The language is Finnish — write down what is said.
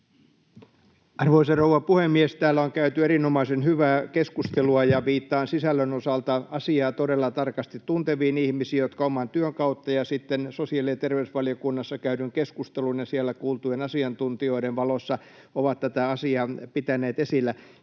Arvoisa rouva puhemies! Täällä on käyty erinomaisen hyvää keskustelua, ja viittaan sisällön osalta asiaa todella tarkasti tunteviin ihmisiin, jotka oman työn kautta ja sitten sosiaali- ja terveysvaliokunnassa käydyn keskustelun ja siellä kuultujen asiantuntijoiden valossa ovat tätä asiaa pitäneet esillä.